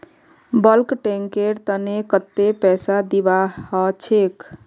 bulk tanker तने कत्ते पैसा दीबा ह छेक